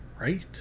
Right